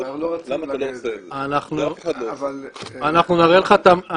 למה אתה לא עושה את זה?' אנחנו נראה לך את המדד,